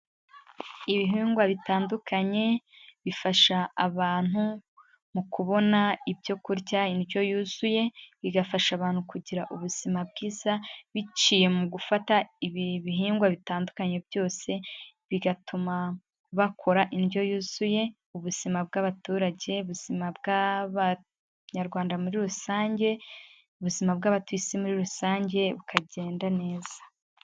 Ibihingwa bitandukanye bifasha abantu mu kubona ibyo kurya, indyo yuzuye, bigafasha abantu kugira ubuzima bwiza biciye mu gufata ibi bihingwa bitandukanye byose, bigatuma bakora indyo yuzuye, ubuzima bw'abaturage, ubuzima bw'abanyarwanda muri rusange, ubuzima bw'abatuye isi muri rusange bukagenda neza.